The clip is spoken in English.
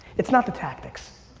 it's not the tactics.